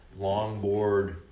longboard